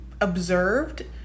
observed